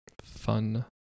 fun